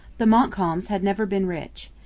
the montcalms had never been rich.